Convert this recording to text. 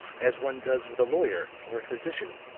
as one does with a lawyer or a physician.